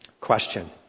Question